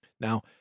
Now